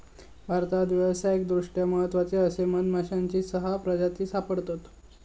भारतात व्यावसायिकदृष्ट्या महत्त्वाचे असे मधमाश्यांची सहा प्रजाती सापडतत